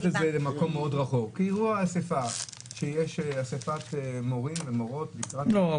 לקחת את זה למקום מאוד רחוק אסיפת מורים ומורות לקראת --- לא,